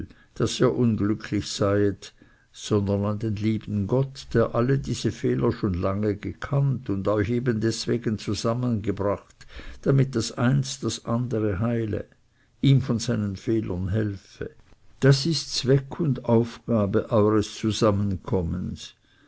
daß ihr unglücklich seiet sondern an den lieben gott der alle diese fehler schon lange gekannt und euch eben deswegen zusammengebracht damit eins das andere heile ihm von seinen fehlern helfe das ist zweck und aufgabe eures zusammenkommens